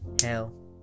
hell